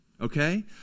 okay